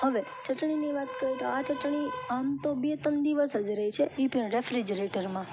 હવે ચટણીની વાત કરું તો આ ચટણી આમ તો બે ત્રણ દિવસ જ રહે છે એ પણ રેફ્રિજરેટરમાં